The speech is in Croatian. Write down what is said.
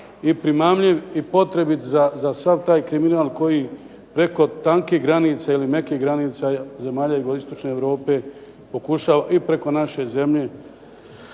i primamljiv i potrebit za sav taj kriminal koji preko tankih granica ili mekih granica zemalja jugoistočne Europe pokušava i preko naše zemlje